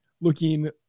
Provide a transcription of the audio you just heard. looking